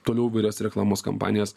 toliau įvairias reklamos kampanijas